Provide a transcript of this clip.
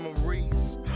memories